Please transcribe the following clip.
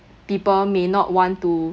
people may not want to